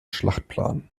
schlachtplan